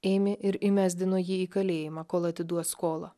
ėmė ir įmesdino jį į kalėjimą kol atiduos skolą